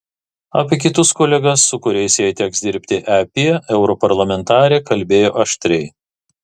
apie kitus kolegas su kuriais jai teks dirbti ep europarlamentarė kalbėjo aštriai